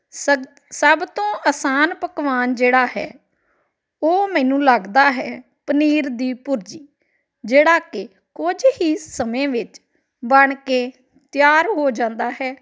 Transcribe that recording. ਸਗ ਸਭ ਤੋਂ ਆਸਾਨ ਪਕਵਾਨ ਜਿਹੜਾ ਹੈ ਉਹ ਮੈਨੂੰ ਲੱਗਦਾ ਹੈ ਪਨੀਰ ਦੀ ਭੁਰਜੀ ਜਿਹੜਾ ਕਿ ਕੁਝ ਹੀ ਸਮੇਂ ਵਿੱਚ ਬਣ ਕੇ ਤਿਆਰ ਹੋ ਜਾਂਦਾ ਹੈ